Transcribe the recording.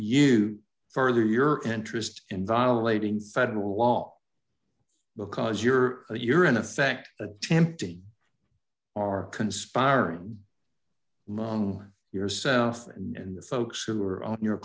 you further your interest in violating federal law because you're a you're in effect attempting are conspiring mung yourself and the folks who are on your